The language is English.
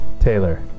taylor